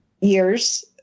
years